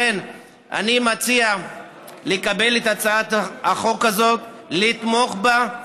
לכן אני מציע לקבל את הצעת החוק הזאת, לתמוך בה.